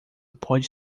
pode